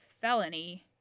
felony